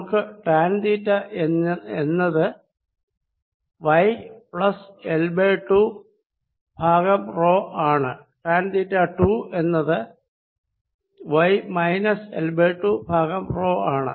നമുക്ക് tan theta 1 എന്നത് y plus L by two ഭാഗം റോ ആണ് ടാൻ തീറ്റ 2 എന്നത് y minus L by two ഭാഗം റോ ആണ്